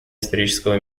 исторического